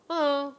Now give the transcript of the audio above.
a'ah